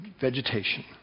vegetation